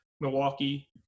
Milwaukee